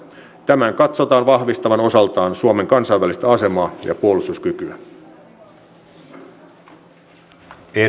tämän katsotaan vahvistavan osaltaan suomen kansainvälistä asemaa ja puolustuskykyä